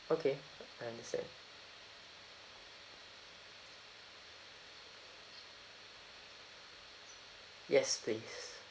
okay understand yes please